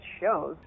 shows